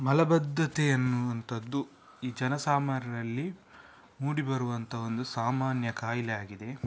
ಮಲಬದ್ಧತೆ ಅನ್ನುವಂತದ್ದು ಈ ಜನ ಸಾಮಾನ್ಯರಲ್ಲಿ ಮೂಡಿಬರುವಂತ ಒಂದು ಸಾಮಾನ್ಯ ಕಾಯಿಲೆ ಆಗಿದೆ